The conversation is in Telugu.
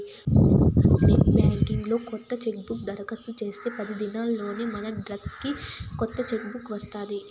నెట్ బాంకింగ్ లో కొత్త చెక్బుక్ దరకాస్తు చేస్తే పది దినాల్లోనే మనడ్రస్కి కొత్త చెక్ బుక్ వస్తాది